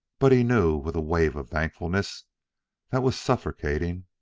but he knew, with a wave of thankfulness that was suffocating,